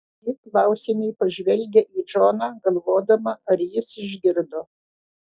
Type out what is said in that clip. ji klausiamai pažvelgia į džoną galvodama ar jis išgirdo